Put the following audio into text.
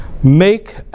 make